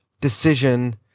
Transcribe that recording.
decision